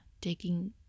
taking